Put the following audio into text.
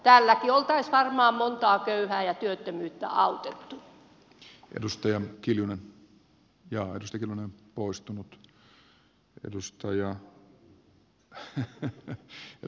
tälläkin oltaisiin varmaa montaa köyhää ja työttömyyttä autettu